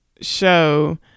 show